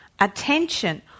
attention